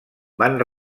van